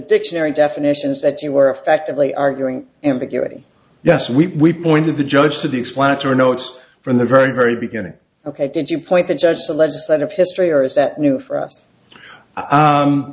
dictionary definitions that you were effectively arguing ambiguity yes we pointed the judge to the explanatory notes from the very very beginning ok did you point the judge the legislative history or is that new for us